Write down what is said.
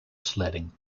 sledding